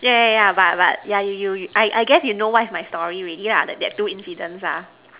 yeah yeah yeah but but yeah you you you I I guess you know what is my story already ah that that two incidents ah